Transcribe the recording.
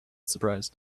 surprised